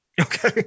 Okay